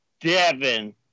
Devin